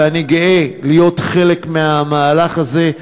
ואני גאה להיות חלק מהמהלך הזה.